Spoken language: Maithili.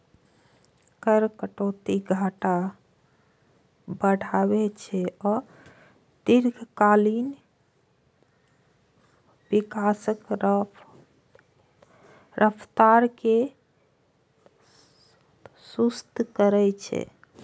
कर कटौती घाटा बढ़ाबै छै आ दीर्घकालीन विकासक रफ्तार कें सुस्त करै छै